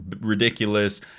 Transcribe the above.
ridiculous